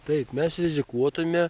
taip mes rizikuotume